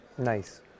Nice